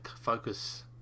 focus